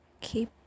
keep